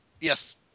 Yes